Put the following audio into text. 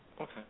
Okay